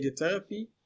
radiotherapy